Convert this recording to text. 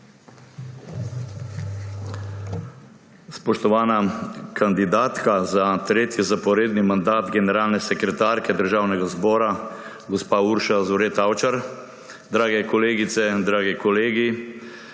Spoštovana kandidatka za tretji zaporedni mandat generalne sekretarke Državnega zbora gospa Urša Zore Tavčar, drage kolegice, dragi kolegi!